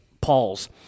Paul's